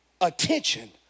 attention